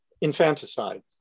infanticide